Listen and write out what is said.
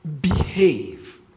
behave